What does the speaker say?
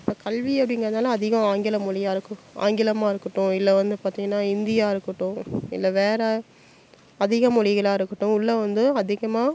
இப்போ கல்வி அப்படிங்கிறதுனால அதிகம் ஆங்கிலம் மொழியா இருக்கும் ஆங்கிலமாக இருக்கட்டும் இல்லை வந்து பார்த்திங்கனா ஹிந்தியாக இருக்கட்டும் இல்லை வேறு அதிக மொழிகளா இருக்கட்டும் உள்ளே வந்து அதிகமாக